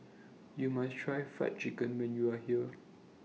YOU must Try Fried Chicken when YOU Are here